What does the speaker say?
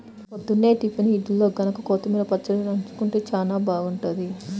పొద్దున్నే టిఫిన్ ఇడ్లీల్లోకి గనక కొత్తిమీర పచ్చడి నన్జుకుంటే చానా బాగుంటది